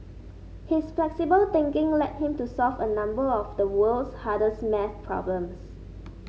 his flexible thinking led him to solve a number of the world's hardest maths problems